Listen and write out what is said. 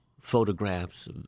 photographs